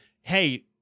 hey